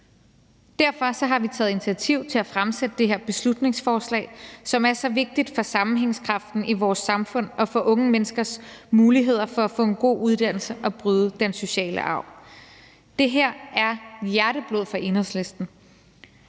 Derfor har vi taget initiativ til at fremsætte det her beslutningsforslag om noget, som er så vigtigt for sammenhængskraften i vores samfund og for unge menneskers muligheder for at få en god uddannelse og bryde den sociale arv. Det her er hjerteblod for Enhedslisten,